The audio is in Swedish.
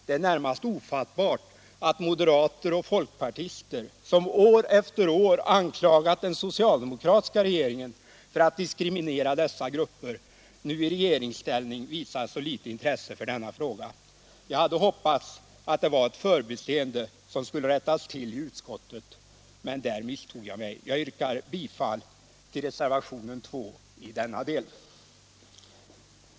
Det är närmast ofattbart att moderater och folkpartister — som år efter år anklagat den socialdemokratiska regeringen för att diskriminera dessa grupper — nu i regeringsställning visar så litet intresse för denna fråga. Jag hade hoppats att det var ett förbiseende som skulle rättas till i utskottet, men där misstog jag mig. Jag yrkar bifall till reservationen 2 i denna del.